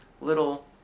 little